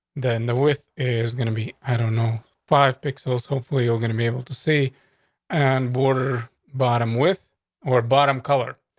then the with is gonna be, i don't know, five pixels. hopefully, we're gonna be able to see and border bottom with or bottom color.